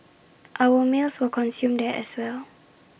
our meals were consumed there as well